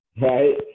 Right